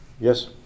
Yes